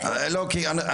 לדבריו